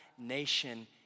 nation